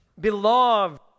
beloved